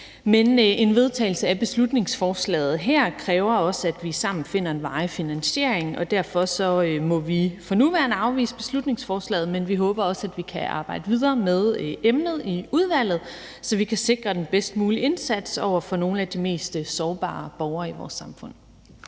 Men en vedtagelse af beslutningsforslaget her kræver også, at vi sammen finder en varig finansiering, og derfor må vi for nuværende afvise beslutningsforslaget. Men vi håber også, at vi kan arbejde videre med emnet i udvalget, så vi kan sikre den bedst mulige indsats over for nogle af de mest sårbare borgere i vores samfund.